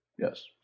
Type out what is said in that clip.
Yes